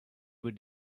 with